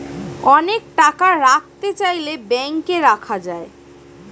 অনেক টাকা রাখতে চাইলে ব্যাংকে রাখা যায়